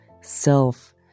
Self